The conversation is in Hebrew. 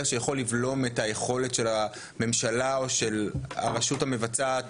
שיכול לבלום את היכולת של הממשלה או הרשות המבצעת,